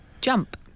Jump